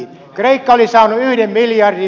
kreikka oli saanut yhden miljardin